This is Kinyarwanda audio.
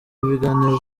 biganiro